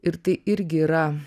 ir tai irgi yra